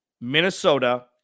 Minnesota